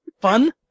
Fun